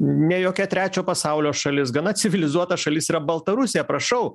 ne jokia trečio pasaulio šalis gana civilizuota šalis yra baltarusija prašau